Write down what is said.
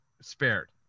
spared